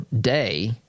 day